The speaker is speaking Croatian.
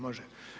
Može.